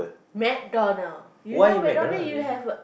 McDonald you know Mcdonald you have